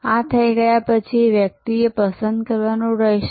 આ થઈ ગયા પછી વ્યક્તિએ પસંદ કરવાનું રહેશે